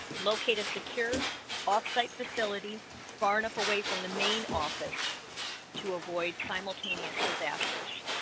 locate a secure off-site facility far enough away from the main office to avoid simultaneous disasters